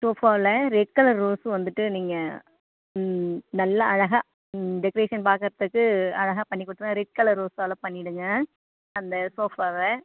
ஷோஃபாவில் red colour rose வந்துட்டு நீங்கள் நல்ல அழகாக டெக்ரேஷன் பார்க்கறதுக்கு அழகாக பண்ணிக் கொடுத்துடுங்க ரெட் கலர் ரோஸால் பண்ணிடுங்கள் அந்த ஷோஃபாவை